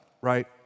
right